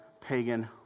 pagan